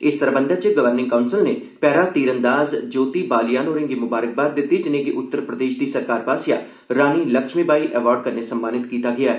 इस सरबंधी च गर्वनिंग काउंसल नै पैरा तीरअंदाज़ ज्योति बालियान होरें'गी मुंबारकबाद दित्ती जिनें'गी उत्तर प्रदेश दी सरकार पासेआ रानी लक्ष्मीबाई अवार्ड कन्नै सम्मानित कीता गेआ ऐ